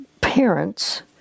parents